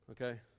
okay